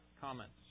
comments